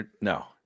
no